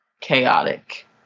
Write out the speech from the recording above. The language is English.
chaotic